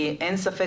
כי אין ספק,